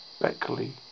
Beckley